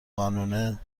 قانونه